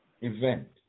event